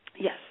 Yes